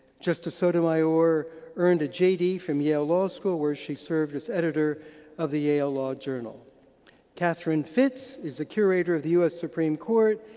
justice sotomayor earned a jd from yale law school where she served as editor of the yale law journal catherine fitts is the curator of the us supreme court,